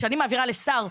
וכשאני מעבירה לשר,